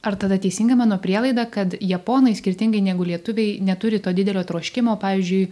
ar tada teisinga mano prielaida kad japonai skirtingai negu lietuviai neturi to didelio troškimo pavyzdžiui